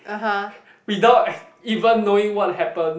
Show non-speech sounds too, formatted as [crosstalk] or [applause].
[breath] without even knowing what happened